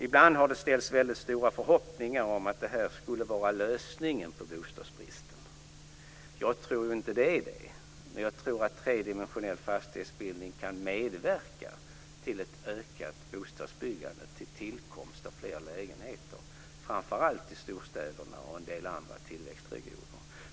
Ibland har det ställts väldigt stora förhoppningar om att det här skulle vara lösningen på bostadsbristen. Jag tror inte att det är det. Men jag tror att tredimensionell fastighetsbildning kan medverka till ett ökat bostadsbyggande, till tillkomst av fler lägenhet, framför allt i storstäderna och i en del andra tillväxtregioner.